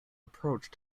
approach